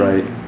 Right